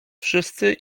wszyscy